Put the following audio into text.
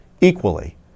equally